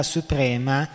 Suprema